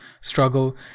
struggle